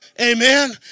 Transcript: Amen